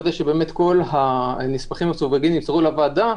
יש לוודא שכל הנספחים המסווגים נמסרים לצוות הוועדה.